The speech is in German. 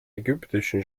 ägyptischen